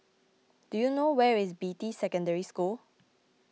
do you know where is Beatty Secondary School